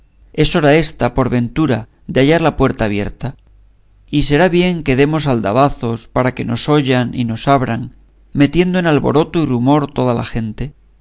es hora ésta por ventura de hallar la puerta abierta y será bien que demos aldabazos para que nos oyan y nos abran metiendo en alboroto y rumor toda la gente